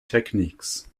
techniques